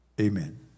Amen